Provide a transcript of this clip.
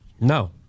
No